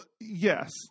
yes